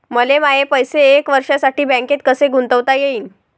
मले माये पैसे एक वर्षासाठी बँकेत कसे गुंतवता येईन?